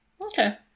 Okay